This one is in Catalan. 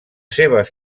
seves